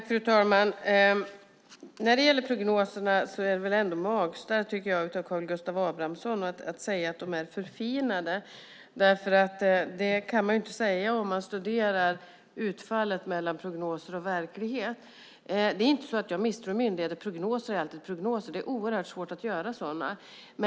Fru talman! Det är väl ändå magstarkt av Karl Gustav Abramsson att säga att prognoserna är förfinade! Det kan man inte säga om man studerar utfallet och jämför prognoser och verklighet. Jag misstror inte myndigheter, men prognoser är alltid prognoser, och det är oerhört svårt att göra sådana.